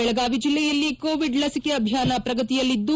ಬೆಳಗಾವಿ ಜಿಲ್ಲೆಯಲ್ಲಿ ಕೋವಿಡ್ ಲಸಿಕೆ ಅಭಿಯಾನ ಪ್ರಗತಿಯಲ್ಲಿದ್ದು